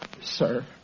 sir